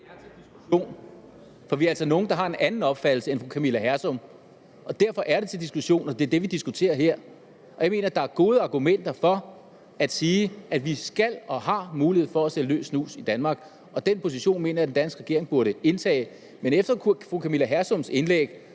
det er til diskussion, for vi er altså nogle, der har en anden opfattelse end fru Camilla Hersom. Derfor er det til diskussion, og det er det, vi diskuterer her. Jeg mener, at der er gode argumenter for at sige, at vi skal have og har mulighed for at sælge løs snus i Danmark. Den position mener jeg den danske regering burde indtage. Men efter fru Camilla Hersoms indlæg